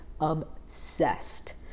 obsessed